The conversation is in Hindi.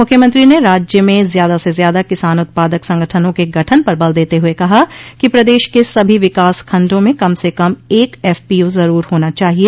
मुख्यमंत्री ने राज्य में ज़्यादा से ज्यादा किसान उत्पादक संगठनों के गठन पर बल देते हुए कहा कि प्रदेश के सभी विकास खण्डों में कम से कम एक एफपीओ जरूर होना चाहिए